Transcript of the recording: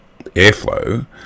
airflow